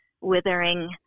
withering